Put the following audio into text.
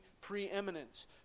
preeminence